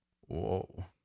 Whoa